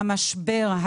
המשבר,